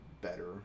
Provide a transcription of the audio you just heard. better